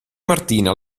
martina